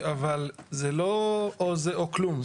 אבל זה לא או זה או כלום,